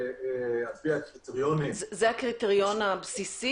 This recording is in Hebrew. זה הקריטריון הבסיסי,